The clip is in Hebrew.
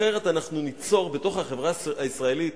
אחרת אנחנו ניצור בתוך החברה הישראלית